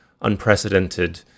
unprecedented